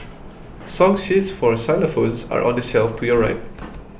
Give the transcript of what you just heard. song sheets for xylophones are on the shelf to your right